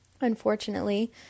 Unfortunately